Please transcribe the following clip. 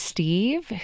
Steve